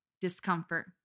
discomfort